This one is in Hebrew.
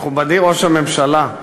מכובדי ראש הממשלה,